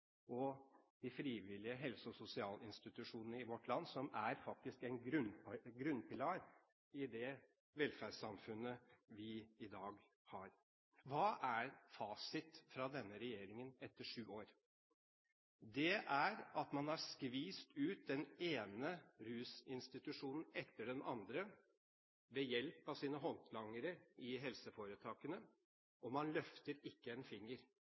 og de frivillige helse- og sosialinstitusjonene i vårt land, som faktisk er en grunnpilar i det velferdssamfunnet vi i dag har. Hva er fasit fra denne regjeringen etter sju år? Det er at man har skviset ut den ene rusinstitusjonen etter den andre ved hjelp av sine håndlangere i helseforetakene, og man løfter ikke en finger.